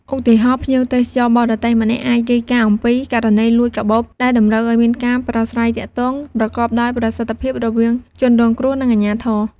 ឧទាហរណ៍ ភ្ញៀវទេសចរបរទេសម្នាក់អាចរាយការណ៍អំពី ករណីលួចកាបូប ដែលតម្រូវឱ្យមានការប្រាស្រ័យទាក់ទងប្រកបដោយប្រសិទ្ធភាពរវាងជនរងគ្រោះ និងអាជ្ញាធរ។